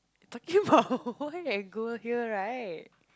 talking~ about white and gold here right